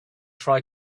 try